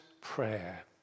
prayer